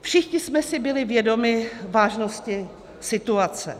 Všichni jsme si byli vědomi vážnosti situace.